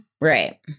right